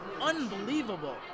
unbelievable